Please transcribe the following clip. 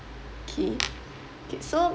K K so